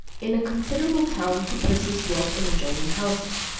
in a considerable town two persons dwelt in adjoining houses.